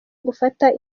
gufata